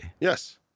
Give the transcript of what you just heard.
Yes